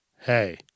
hey